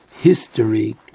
history